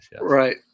Right